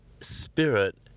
spirit